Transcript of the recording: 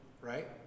right